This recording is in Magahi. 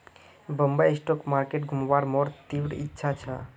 बंबई स्टॉक मार्केट घुमवार मोर तीव्र इच्छा छ